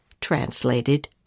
translated